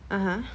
(uh huh)